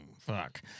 fuck